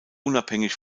unabhängig